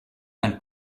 mal